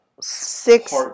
six